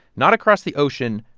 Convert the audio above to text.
not across the ocean,